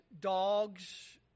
dogs